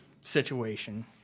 situation